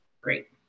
Great